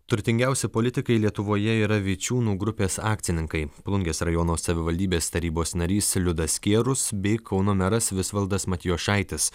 turtingiausi politikai lietuvoje yra vičiūnų grupės akcininkai plungės rajono savivaldybės tarybos narys liudas skierus bei kauno meras visvaldas matijošaitis